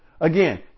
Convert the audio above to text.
Again